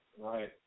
Right